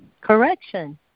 correction